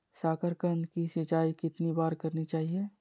साकारकंद की सिंचाई कितनी बार करनी चाहिए?